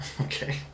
Okay